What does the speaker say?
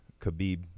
Khabib